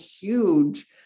huge